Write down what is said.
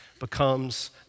becomes